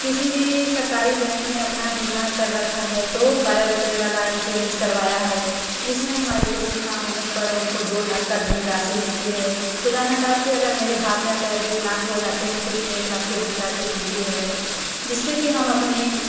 किसी भी सरकारी बैंक में अपना बीमा कर रखा है तो बारह रुपये वाला इंश्योरेंस करवाया है जिसमें हमारे दुर्घटना होने पर हमको दो लाख का धन राशि मिलती है ख़ुदा न खास्ता अगर मेरे हाथ या पैर विकलांग हो जाते हैं तो उसमें एक लाख की धन राशि मिलती है जिससे की हम अपनी